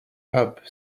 pub